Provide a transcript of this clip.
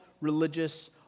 religious